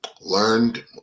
Learned